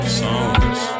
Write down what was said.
songs